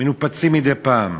מנופצות מדי פעם.